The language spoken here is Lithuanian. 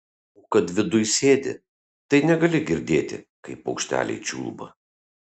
o kad viduj sėdi tai negali girdėti kaip paukšteliai čiulba